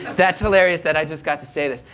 that's hilarious that i just got to say this.